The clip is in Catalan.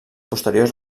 posteriors